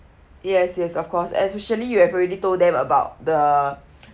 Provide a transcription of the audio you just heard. yes yes of course especially you have already told them about the